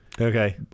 Okay